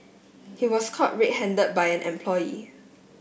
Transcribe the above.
he was caught red handed by an employee